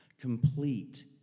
complete